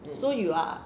so you are